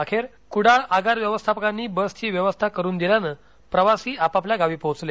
अखेर कुडाळ आगार व्यवस्थापकांनी बसची व्यवस्था करून दिल्यानं प्रवासी आपापल्या गावी पोहोचले